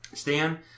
Stan